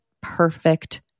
perfect